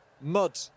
Mud